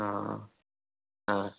हाँ हाँ